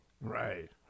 Right